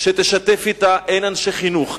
שתשתף אתה הן אנשי חינוך,